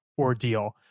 ordeal